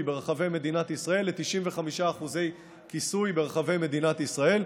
ברחבי מדינת ישראל ל-95% כיסוי ברחבי מדינת ישראל.